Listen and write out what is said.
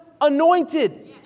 anointed